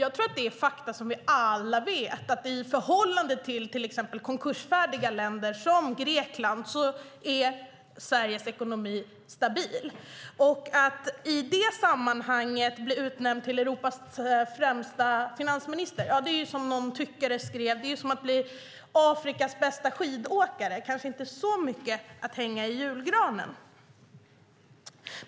Vi känner alla till fakta att i förhållande till konkursfärdiga länder, till exempel Grekland, är Sveriges ekonomi stabil. Att i det sammanhanget bli utnämnd till Europas främsta finansminister är som att, som en tyckare skrev, bli utnämnd till Afrikas bästa skidåkare. Det är kanske inte så mycket att hänga i julgranen.